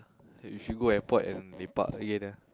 you should go airport and lepak again ah